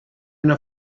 una